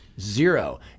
Zero